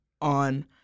on